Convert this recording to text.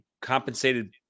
compensated